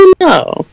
no